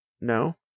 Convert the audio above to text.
No